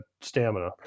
stamina